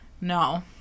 No